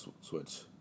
switch